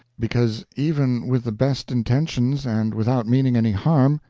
because, even with the best intentions and without meaning any harm,